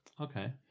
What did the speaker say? Okay